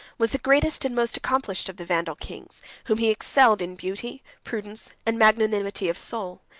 was the greatest and most accomplished of the vandal kings, whom he excelled in beauty, prudence, and magnanimity of soul.